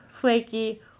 flaky